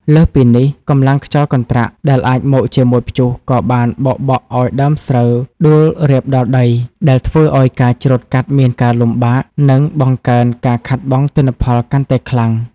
លើសពីនេះ កម្លាំងខ្យល់កន្ត្រាក់ដែលមកជាមួយព្យុះ ក៏បានបោកបក់ឱ្យដើមស្រូវដួលរាបដល់ដី ដែលធ្វើឱ្យការច្រូតកាត់មានការលំបាក និងបង្កើនការខាតបង់ទិន្នផលកាន់តែខ្លាំង។